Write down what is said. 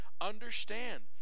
understand